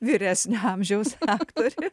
vyresnio amžiaus aktorė